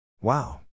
Wow